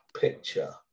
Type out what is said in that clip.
picture